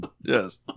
yes